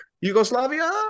Yugoslavia